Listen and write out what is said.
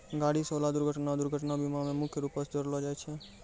गाड़ी से होलो दुर्घटना दुर्घटना बीमा मे मुख्य रूपो से जोड़लो जाय छै